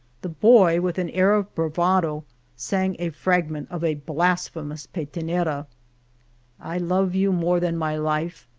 the boy, with an air of bravado sang a fragment of a blasphemous petenera i love you more than my life,